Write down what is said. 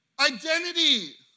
Identity